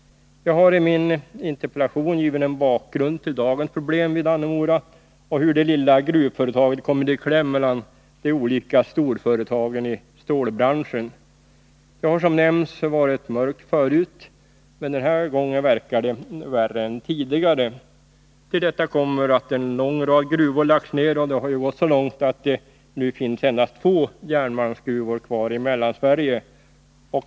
Jag har i min interpellation givit en bakgrund till dagens problem vid Dannemora för att visa hur det lilla gruvföretaget kommit i kläm mellan de olika storföretagen i stålbranschen. Det har, som nämnts, varit mörkt förut, men den här gången verkar det värre än tidigare. Till detta kommer att en lång rad gruvor lagts ned; det har ju gått så långt att det nu finns endast två järnmalmsgruvor kvar i Mellansverige.